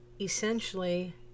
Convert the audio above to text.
essentially